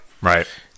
right